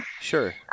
Sure